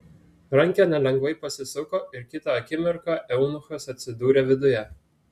rankena lengvai pasisuko ir kitą akimirką eunuchas atsidūrė viduje